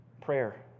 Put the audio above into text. Prayer